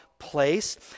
Place